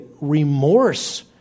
remorse